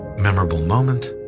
memorable moment?